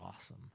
awesome